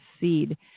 seed